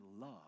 love